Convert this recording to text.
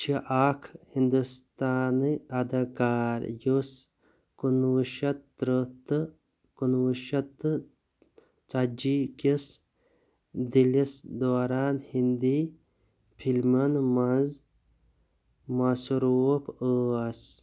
چھِ اَکھ ہنٛدوستانہٕ اَداکار یُس کُنوُہ شتھ ترٕٛہ تہٕ کُنوُہ شتھ تہٕ ژَتجی کِس دٔہلِس دوران ہینٛدی فِلمَن منٛز مصروٗف ٲس